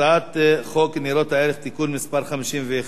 הצעת חוק ניירות ערך (תיקון מס' 50),